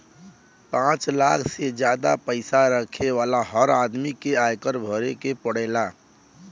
पांच लाख से जादा पईसा रखे वाला हर आदमी के आयकर भरे के पड़ेला